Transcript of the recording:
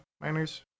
miners